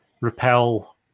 repel